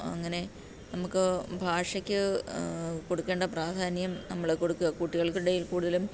അങ്ങനെ നമുക്ക് ഭാഷയ്ക്ക് കൊടുക്കേണ്ട പ്രാധാന്യം നമ്മൾ കൊടുക്കുക കുട്ടികൾക്കിടയിൽ കൂടുതലും